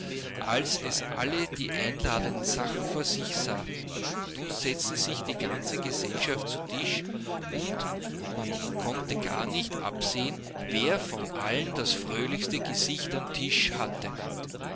als es alle die einladenden sachen vor sich sah nun setzte sich die ganze gesellschaft zu tisch und man konnte gar nicht absehen wer von allen das fröhlichste gesicht am tische hatte